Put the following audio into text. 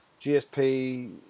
GSP